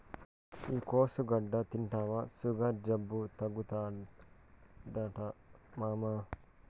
ఈ కోసుగడ్డ తింటివా సుగర్ జబ్బు తగ్గుతాదట మామా